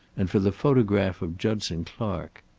and for the photograph of judson clark.